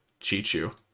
chichu